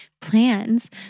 plans